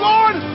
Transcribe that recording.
Lord